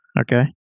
Okay